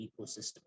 ecosystem